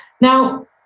Now